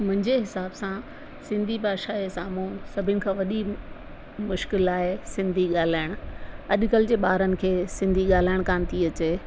मुंहिंजे हिसाब सां सिंधी भाषा जे साम्हूं सभिनि खां वॾी मुश्किलु आहे सिंधी ॻाल्हाइणु अॼुकल्ह जे ॿारनि खे सिंधी ॻाल्हाइण कोन थी अचे